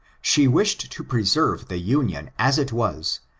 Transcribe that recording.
she wished to preserve the union as it was,